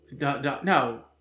no